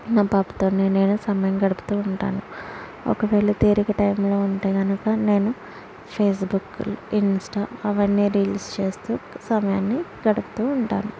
నా పాపతో నేను సమయం గడుపుతూ ఉంటాను ఒకవేళ తిరిక టైంలో ఉంటే కనుక నేను ఫేస్బుక్ ఇన్స్టా అవన్నీ రీల్స్ చేస్తూ సమయాన్ని గడుపుతూ ఉంటాను